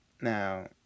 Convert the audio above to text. Now